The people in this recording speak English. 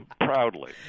Proudly